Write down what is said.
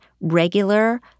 regular